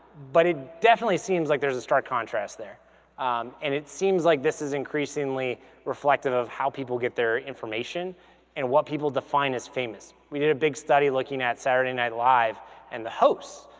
but it definitely seems like there's a stark contrast there and it seems like this is increasingly reflective of how people get their information and what people define as famous. we did a big study looking at saturday night live and the host.